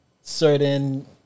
certain